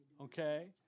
okay